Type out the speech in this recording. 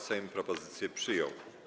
Sejm propozycję przyjął.